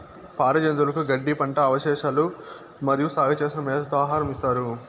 పాడి జంతువులకు గడ్డి, పంట అవశేషాలు మరియు సాగు చేసిన మేతతో ఆహారం ఇస్తారు